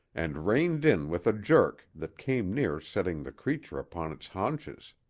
and reined in with a jerk that came near setting the creature upon its haunches.